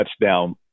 touchdown